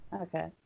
Okay